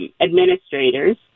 administrators